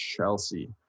Chelsea